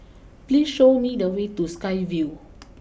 please show me the way to Sky Vue